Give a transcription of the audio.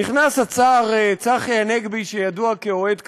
נכנס השר צחי הנגבי, שידוע כאוהד כדורגל,